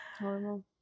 normal